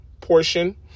portion